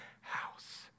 house